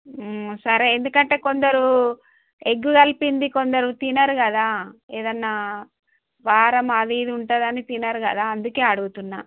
సరే ఎందుకంటే కొందరు ఎగ్ కలిపింది కొందరు తినరు కదా ఏదన్నా వారం అది ఇది ఉంటుందని తినరు కదా అందుకే అడుగుతున్నాను